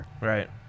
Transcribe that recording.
Right